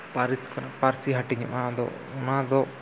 ᱯᱟᱹᱨᱤᱥ ᱠᱷᱚᱱ ᱯᱟᱹᱨᱥᱤ ᱦᱟᱹᱴᱤᱧᱚᱜᱼᱟ ᱟᱫᱚ ᱚᱱᱟᱫᱚ